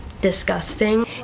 disgusting